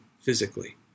physically